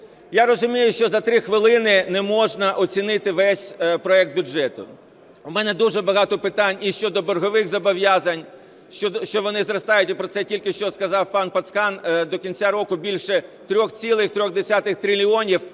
Я розумію, що за 3 хвилини не можна оцінити весь проект бюджету. В мене дуже багато питань і щодо боргових зобов'язань, що вони зростають, і про це тільки що сказав пан Пацкан, до кінця року більше 3,3 трильйона, а